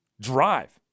drive